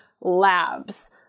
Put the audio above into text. labs